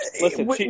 Listen